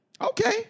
Okay